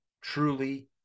truly